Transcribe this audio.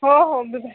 हो हो मी भा